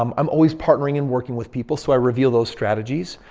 um i'm always partnering and working with people so i reveal those strategies.